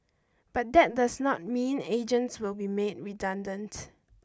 but that does not mean agents will be made redundant